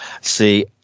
See